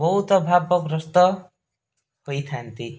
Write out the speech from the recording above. ବହୁତ ଭାବଗ୍ରସ୍ତ ହୋଇଥାନ୍ତି